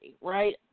right